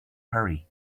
hurry